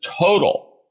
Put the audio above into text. total